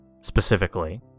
specifically